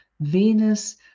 Venus